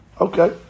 Okay